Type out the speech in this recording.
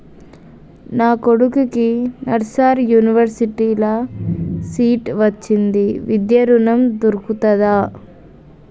నా కొడుకుకి నల్సార్ యూనివర్సిటీ ల సీట్ వచ్చింది విద్య ఋణం దొర్కుతదా?